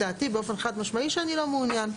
דעתי באופן חד משמעי שאני לא מעוניין.